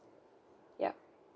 yup